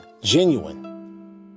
genuine